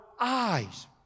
eyes